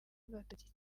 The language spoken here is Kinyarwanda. agatoki